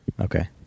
Okay